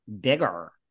bigger